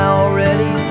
already